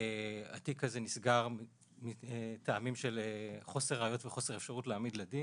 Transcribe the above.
התיק הזה נסגר מטעמים של חוסר ראיות וחוסר אפשרות להעמיד לדין.